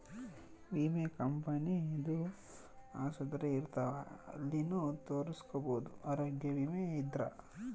ವಿಮೆ ಕಂಪನಿ ದು ಆಸ್ಪತ್ರೆ ಇರ್ತಾವ ಅಲ್ಲಿನು ತೊರಸ್ಕೊಬೋದು ಆರೋಗ್ಯ ವಿಮೆ ಇದ್ರ